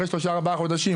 אחרי שלושה-ארבעה חודשים,